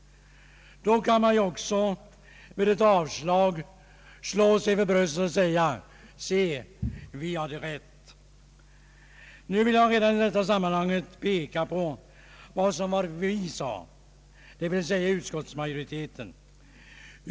Då kan man ju också slå sig för bröstet och säga: Se, vi hade rätt! Jag vill redan i detta sammanhang peka på vad utskottsmajoriteten har sagt.